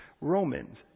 Romans